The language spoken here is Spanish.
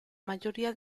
mayoría